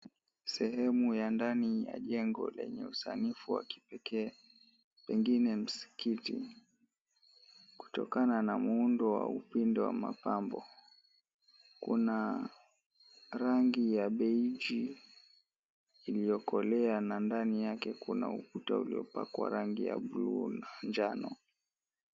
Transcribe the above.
Sehemu ya ndani ya jengo lenye usanifu wa kipekee, pengine msikiti, kutokana na muundo wa upinde wa mapambo. Kuna rangi ya beige iliyokolea na ndani yake kuna ukuta uliopakwa rangi ya buluu na njano.